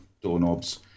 doorknobs